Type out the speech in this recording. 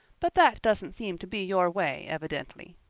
but that doesn't seem to be your way evidently.